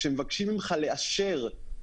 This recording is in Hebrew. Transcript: כשמבקשים ממך לאשר,